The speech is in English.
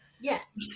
Yes